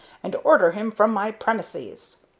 and to order him from my premises.